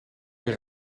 weer